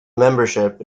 membership